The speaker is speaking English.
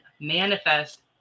manifest